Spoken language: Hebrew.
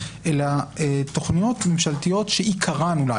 אלא תוכניות ממשלתיות שעיקרן אולי